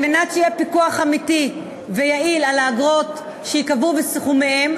על מנת שיהיה פיקוח אמיתי ויעיל על האגרות שייקבעו וסכומיהן,